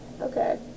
Okay